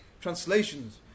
Translations